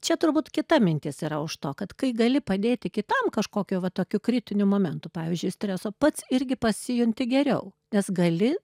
čia turbūt kita mintis yra už to kad kai gali padėti kitam kažkokiu va tokiu kritiniu momentu pavyzdžiui streso pats irgi pasijunti geriau nes gali